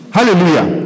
Hallelujah